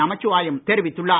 நமச்சிவாயம் தெரிவித்துள்ளார்